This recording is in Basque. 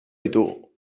ditugu